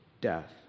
death